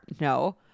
No